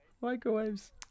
Microwaves